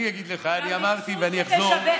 אני אמרתי ואני אחזור.